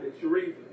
Sharif